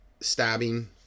stabbing